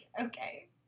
okay